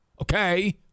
Okay